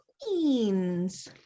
Queens